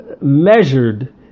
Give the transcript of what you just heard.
measured